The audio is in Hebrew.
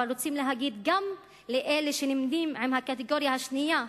אבל רוצים להגיד גם לנמנים עם הקטגוריה השנייה,